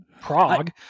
Prague